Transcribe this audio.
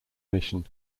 mission